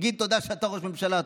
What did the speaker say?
תגיד תודה שאתה ראש ממשלה,